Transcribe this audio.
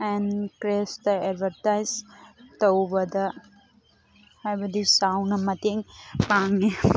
and ꯀ꯭ꯔꯦꯐꯁꯇ advertise ꯇꯧꯕꯗ ꯍꯥꯏꯕꯗꯤ ꯆꯥꯎꯅ ꯃꯇꯦꯡ ꯄꯥꯡꯉꯤ